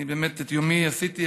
אני באמת, את יומי עשיתי.